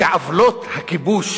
שעוולות הכיבוש